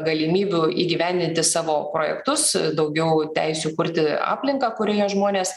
galimybių įgyvendinti savo projektus daugiau teisių kurti aplinką kurioje žmonės